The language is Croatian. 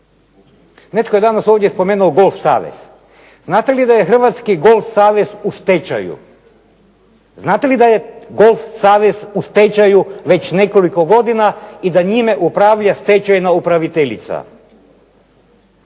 Netko je danas ovdje spomenuo golf savez. Znate li da je Hrvatski golf savez u stečaju? Znate li da je Golf savez u stečaju već nekoliko godina i da njime upravlja stečajna upraviteljica?